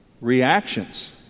reactions